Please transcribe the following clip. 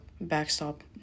backstop